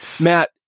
Matt